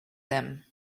them